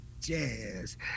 jazz